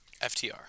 FTR